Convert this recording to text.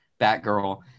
Batgirl